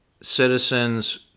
citizens